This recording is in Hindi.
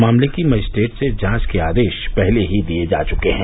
मामले की मजिस्ट्रेट से जांच के आदेश पहले ही दिये जा चुके हैं